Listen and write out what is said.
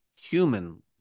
human